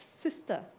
sister